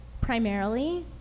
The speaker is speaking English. primarily